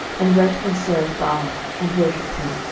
and went and served baal, and worshipped him.